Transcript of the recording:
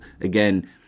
again